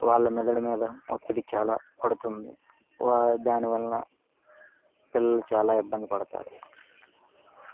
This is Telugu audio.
వాళ్ల మెదడు మీద ఒత్తిడి చాలా పడుతుంది వా దానివలన పిల్లలు చాలా ఇబ్బంది పడుతారు